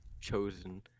chosen